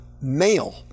male